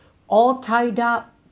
all tied up